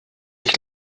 ich